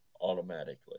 automatically